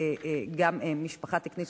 גם משפחה תקנית,